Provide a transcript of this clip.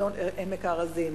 אזור עמק הארזים,